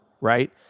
right